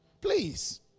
Please